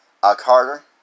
Carter